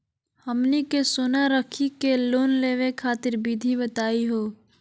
हमनी के सोना रखी के लोन लेवे खातीर विधि बताही हो?